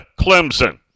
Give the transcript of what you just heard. Clemson